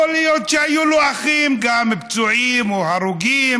יכול להיות שהיו לו אחים גם פצועים או הרוגים,